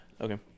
Okay